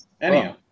Anyhow